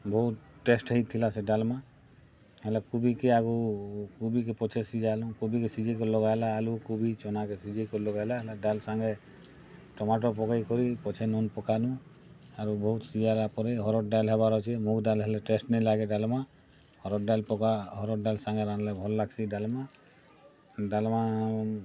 ବହୁତ୍ ଟେଷ୍ଟ୍ ହେଇଥିଲା ସେ ଡାଲ୍ମା ହେଲେ କୁବିକେ ଆଗୁ କୁବିକେ ପଛେ ସିଝାଲୁଁ କୁବି କେ ସିଝେଇ କରି ଲଗାଲା ଆଲୁ କୁବି ଚନାକେ ସିଝେଇ କରି ଲଗାଲେ ଆମେ ଡାଏଲ୍ ସାଙ୍ଗେ ଟମାଟୋ ପକେଇ କରି ପଛେ ଲୁନ୍ ପକାଲୁଁ ଆରୁ ବହୁତ୍ ସିଝାଲା ପରେ ହରଡ଼୍ ଡାଲି ହେବାର୍ ଅଛେ ମୁଗ୍ ଡାଏଲ୍ ହେଲେ ଟେଷ୍ଟ୍ ନାଇଁ ଲାଗେ ଡାଲ୍ମା ହରଡ଼୍ ଡାଏଲ୍ ପକାଲୁଁ ହରଡ଼୍ ଡାଏଲ୍ ସାଙ୍ଗେ ରାନ୍ଧ୍ଲେ ଭଲ୍ ଲାଗ୍ସି ଡାଲ୍ମା ଡାଲ୍ମା